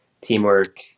teamwork